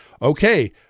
Okay